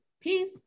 Peace